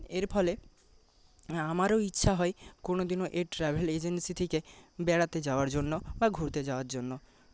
এর ফলে আমারও ইচ্ছা হয় কোনোদিনও এই ট্র্যাভেল এজেন্সি থেকে বেড়াতে যাওয়ার জন্য বা ঘুরতে যাওয়ার জন্য